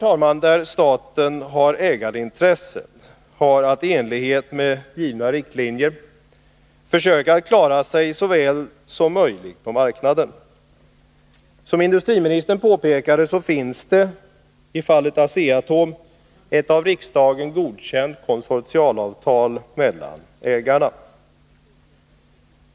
Företag där staten har ägarintresse har att i enlighet med givna riktlinjer försöka klara sig så väl som möjligt på marknaden. Som industriministern påpekade finns det i fallet Asea-Atom ett av riksdagen godkänt konsortialavtal mellan ägarna.